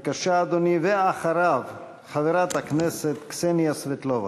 בבקשה, אדוני, ואחריו, חברת הכנסת קסניה סבטלובה.